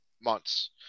months